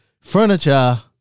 furniture